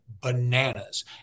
bananas